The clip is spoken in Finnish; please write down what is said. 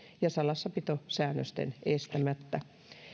ja salassapitosäännösten estämättä